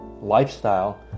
lifestyle